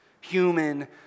human